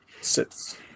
sits